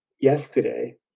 yesterday